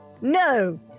No